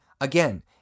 again